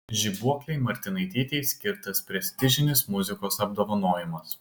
žibuoklei martinaitytei skirtas prestižinis muzikos apdovanojimas